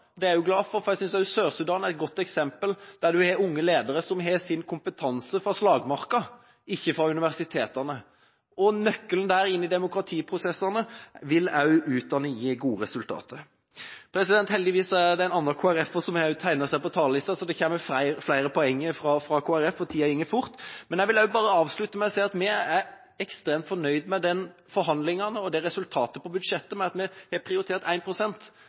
jeg også glad for. Sør-Sudan er et godt eksempel på at en har unge ledere som har sin kompetanse fra slagmarka, ikke fra universitetene. Nøkkelen til demokratiprosessene er utdanning, og utdanning vil gi gode resultater. Heldigvis er det en annen Kristelig Folkeparti-representant som også har tegnet seg på talerlisten, så det kommer flere poenger fra Kristelig Folkeparti – tida går fort. Men jeg vil bare avslutte med å si at vi er ekstremt fornøyd med forhandlingene og resultatet i budsjettet, med at vi har prioritert 1 pst. For jeg mener at beløpet muliggjør en